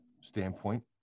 standpoint